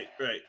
right